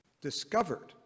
discovered